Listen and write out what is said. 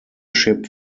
ship